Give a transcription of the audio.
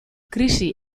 krisi